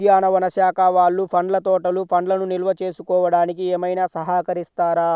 ఉద్యానవన శాఖ వాళ్ళు పండ్ల తోటలు పండ్లను నిల్వ చేసుకోవడానికి ఏమైనా సహకరిస్తారా?